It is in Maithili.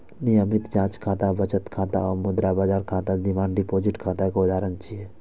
नियमित जांच खाता, बचत खाता आ मुद्रा बाजार खाता डिमांड डिपोजिट खाता के उदाहरण छियै